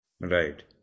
Right